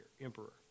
emperor